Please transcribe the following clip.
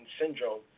syndrome